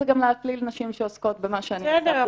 גם להפליל נשים שעוסקות במה שאני עושה.